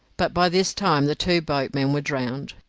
but by this time the two boatmen were drowned.